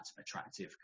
attractive